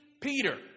Peter